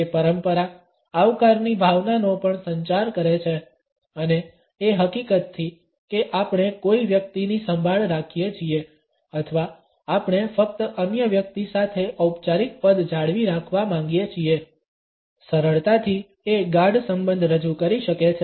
તે પરંપરા આવકારની ભાવનાનો પણ સંચાર કરે છે અને એ હકીકતથી કે આપણે કોઈ વ્યક્તિની સંભાળ રાખીએ છીએ અથવા આપણે ફક્ત અન્ય વ્યક્તિ સાથે ઔપચારિક પદ જાળવી રાખવા માંગીએ છીએ સરળતાથી એ ગાઢ સંબંધ રજૂ કરી શકે છે